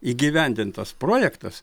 įgyvendintas projektas